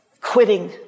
quitting